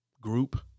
group